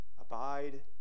Abide